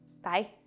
Bye